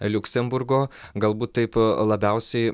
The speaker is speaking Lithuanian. liuksemburgo galbūt taip labiausiai